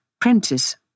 Prentice